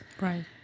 right